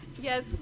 Yes